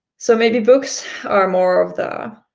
so maybe books are more of the